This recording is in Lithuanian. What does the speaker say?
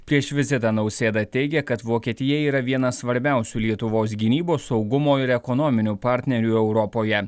prieš vizitą nausėda teigė kad vokietija yra vienas svarbiausių lietuvos gynybos saugumo ir ekonominių partnerių europoje